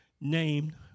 named